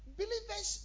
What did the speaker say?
believers